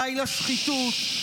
די לשחיתות,